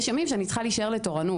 יש ימים שאני צריכה להישאר לתורנות.